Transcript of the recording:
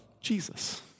Jesus